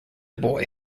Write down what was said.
boy